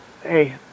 Hey